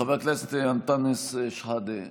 חבר הכנסת אנטאנס שחאדה,